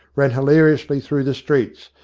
ran hilariously through the streets,